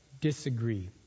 disagree